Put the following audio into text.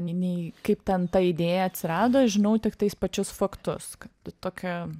nei nei kaip ten ta idėja atsirado žinau tiktais pačius faktus kad tokia